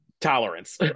Tolerance